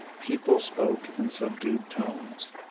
people spoke in subdued tones,